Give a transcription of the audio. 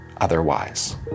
otherwise